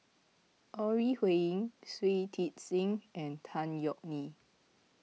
Ore Huiying Shui Tit Sing and Tan Yeok Nee